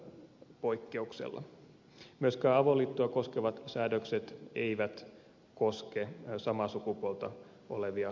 myöskään avoliittoa koskevat säädökset eivät koske samaa sukupuolta olevia avopareja